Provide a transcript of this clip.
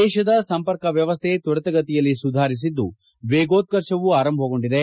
ದೇಶದ ಸಂಪರ್ಕ ವ್ಯವಸ್ಥೆ ತ್ವರಿತಗತಿಯಲ್ಲಿ ಸುಧಾರಿಸಿದ್ದು ವೇಗೋತ್ಕರ್ಷವೂ ಆರಂಭಗೊಂಡಿದೆ